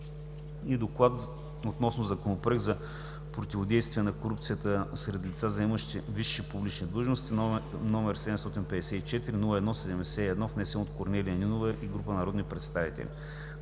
И: „ДОКЛАД относно Законопроект за противодействие на корупцията сред лица, заемащи висши публични длъжности, № 754-01-71, внесен от Корнелия Нинова и група народни представители